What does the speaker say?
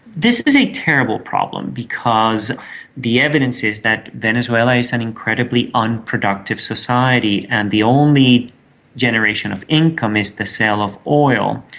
this is a terrible problem, because the evidence is that venezuela is an and incredibly unproductive society and the only generation of income is the sale of oil.